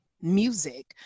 music